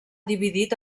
dividit